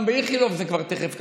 גם באיכילוב זה כבר תכף ככה,